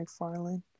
McFarlane